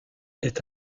est